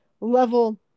level